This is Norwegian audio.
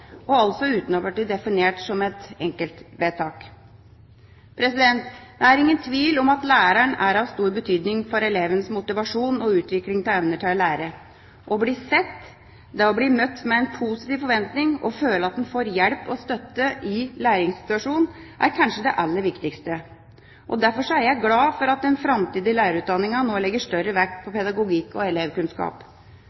og altså uten å bli definert som et enkeltvedtak. Det er ingen tvil om at læreren er av stor betydning for elevenes motivasjon og utvikling av evner til å lære. Å bli «sett», det å bli møtt med en positiv forventning og føle at en får hjelp og støtte i læringssituasjonen, er kanskje det aller viktigste. Derfor er jeg glad for at den framtidige lærerutdanningen nå legger større vekt på